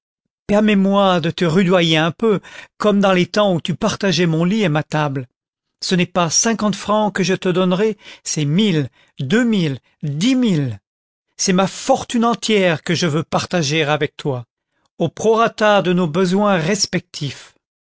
permets-moi de te rudoyer un peu comme dans les temps où tu partageais mon lit et ma table i ce n'est pas cinquante francs que je te donnerai c'est mille deux mille dix mille c'est ma fortune entière que je veux partager avec toi au prorata de nos besoins respectifs